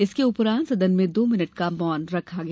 इसके उपरांत सदन में दो मिनट का मौन रखा गया